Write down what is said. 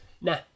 Nah